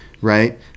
right